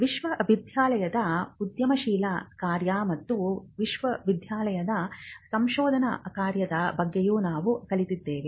ವಿಶ್ವವಿದ್ಯಾಲಯದ ಉದ್ಯಮಶೀಲತಾ ಕಾರ್ಯ ಮತ್ತು ವಿಶ್ವವಿದ್ಯಾಲಯದ ಸಂಶೋಧನಾ ಕಾರ್ಯದ ಬಗ್ಗೆಯೂ ನಾವು ಕಲಿತಿದ್ದೇವೆ